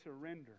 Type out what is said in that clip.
surrender